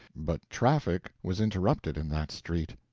but traffic was interrupted in that street.